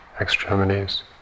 extremities